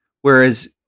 whereas